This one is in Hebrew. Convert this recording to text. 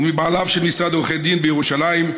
ומבעליו של משרד עורכי דין בירושלים.